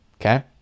okay